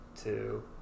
two